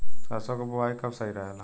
सरसों क बुवाई कब सही रहेला?